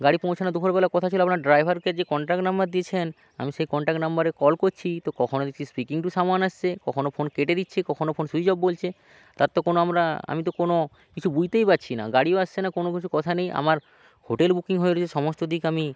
গাড়ি পৌঁছানোর দুপুরবেলা কথা ছিল আপনার ড্রাইভারকে যে কনট্যাক্ট নম্বর দিয়েছেন আমি সেই কনট্যাক্ট নম্বরে কল করছি তো কখনও দেখছি স্পিকিং টু সামওয়ান আসছে কখনও ফোন কেটে দিচ্ছে কখনও ফোন সুইচ অফ বলছে তার তো কোনো আমরা আমি তো কোনো কিছু বুঝতেই পারছি না গাড়িও আসছে না কোনো কিছু কথা নেই আমার হোটেল বুকিং হয়ে রয়েছে সমস্ত দিক আমি